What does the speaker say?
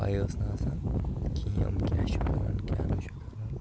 پَے ٲسۍ نہٕ آسان کِہیٖنۍ یِم کیٛاہ چھِ کَران کیٛاہ نہٕ چھِ کَران